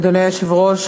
אדוני היושב-ראש,